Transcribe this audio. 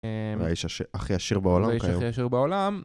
זה האיש הכי עשיר בעולם. זה האיש הכי עשיר בעולם.